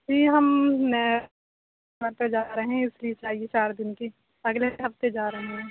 جی ہم نے وہاں پہ جا رہے ہیں اِس لیے چاہیے چار دِن کی اگلے ہفتے جا رہے ہیں